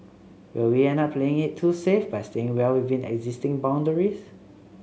will we end up playing it too safe by staying well within existing boundaries